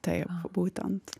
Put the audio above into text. taip būtent